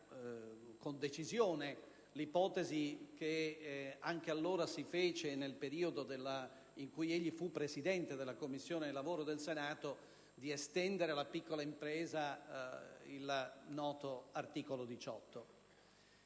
con decisione l'ipotesi (che anche allora si fece nel periodo in cui egli fu Presidente della Commissione lavoro del Senato) di estendere alla piccola impresa il noto articolo 18.